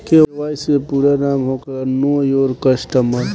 KYC के पूरा नाम होखेला नो योर कस्टमर